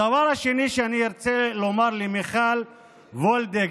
הדבר השני שאני ארצה לומר למיכל וולדיגר,